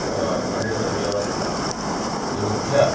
आड्ळितव्यवस्थां विरुद्ध्य